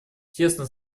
тесно